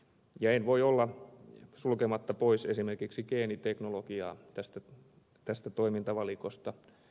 en voi olla sulkematta pois esimerkiksi geeniteknologiaa tästä toimintavalikosta